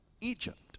Egypt